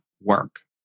work